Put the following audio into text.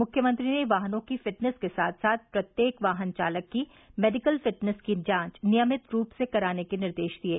मुख्यमंत्री ने वाहनों की फिटनेस के साथ साथ प्रत्येक वाहन चालक की मेडिकल फिटनेस की जांच नियमित रूप से कराने के निर्देश दिये